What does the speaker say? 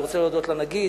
אני רוצה להודות לנגיד,